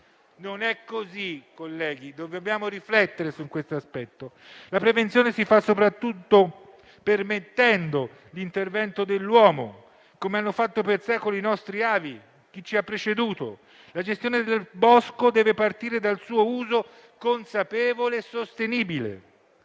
Non è così, colleghi: dobbiamo riflettere su questo aspetto. La prevenzione si fa soprattutto permettendo l'intervento dell'uomo, come hanno fatto per secoli i nostri avi, chi ci ha preceduto. La gestione del bosco deve partire dal suo uso consapevole e sostenibile.